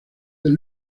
del